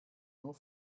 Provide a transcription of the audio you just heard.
nur